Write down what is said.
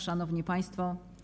Szanowni Państwo!